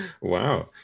Wow